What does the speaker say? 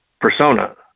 persona